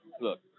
Look